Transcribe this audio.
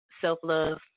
self-love